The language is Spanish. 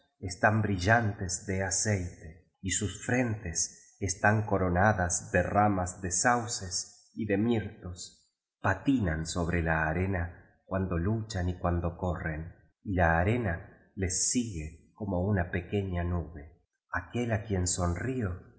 están brillantes de aceite y sus frentes están coronadas de ramas de sauces y de mirtos patinan sobre la arena cuando luchan y cuando corren y la arena les sigue como una pequeña nube aquel á quien sonrío